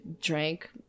drank